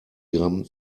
gramm